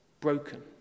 broken